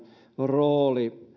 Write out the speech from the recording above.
rooli